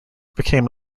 became